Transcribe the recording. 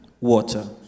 water